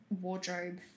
wardrobe